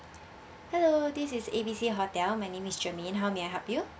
hello this is A B C hotel my name is germaine how may I help you